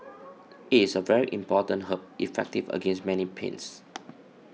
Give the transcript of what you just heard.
it is a very important herb effective against many pains